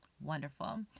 Wonderful